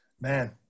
Man